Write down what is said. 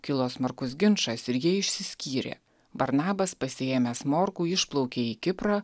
kilo smarkus ginčas ir jie išsiskyrė barnabas pasiėmęs morkų išplaukė į kiprą